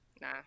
Nah